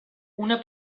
una